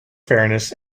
fairness